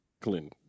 Clinton